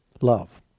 Love